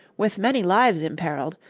with many lives imperiled,